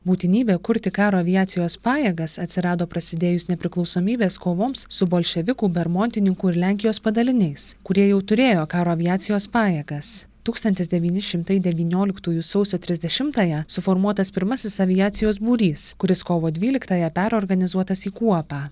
būtinybė kurti karo aviacijos pajėgas atsirado prasidėjus nepriklausomybės kovoms su bolševikų bermontininkų ir lenkijos padaliniais kurie jau turėjo karo aviacijos pajėgas tūkstantis devyni šimtai devynioliktųjų sausio trisdešimtąją suformuotas pirmasis aviacijos būrys kuris kovo dvyliktąją perorganizuotas į kuopą